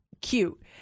cute